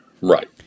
right